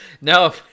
no